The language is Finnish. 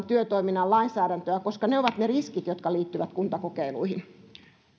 työtoiminnan lainsäädäntöä koska ne ovat ne riskit jotka liittyvät kuntakokeiluihin